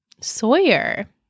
Sawyer